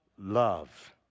love